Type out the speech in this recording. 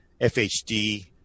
FHD